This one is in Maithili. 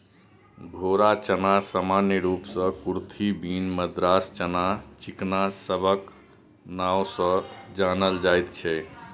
घोड़ा चना सामान्य रूप सँ कुरथी, बीन, मद्रास चना, चिकना सबक नाओ सँ जानल जाइत छै